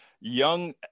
young